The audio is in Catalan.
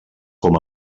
com